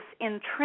intrinsic